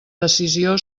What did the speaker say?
decisió